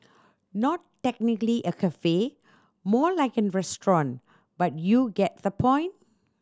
not technically a cafe more like a restaurant but you get the point